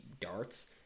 darts